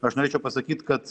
aš norėčiau pasakyt kad